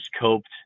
coped